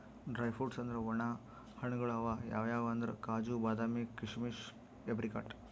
dry fruits ಅಂದ್ರ ವಣ ಹಣ್ಣ್ಗಳ್ ಅವ್ ಯಾವ್ಯಾವ್ ಅಂದ್ರ್ ಕಾಜು, ಬಾದಾಮಿ, ಕೀಶಮಿಶ್, ಏಪ್ರಿಕಾಟ್